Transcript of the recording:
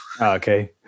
Okay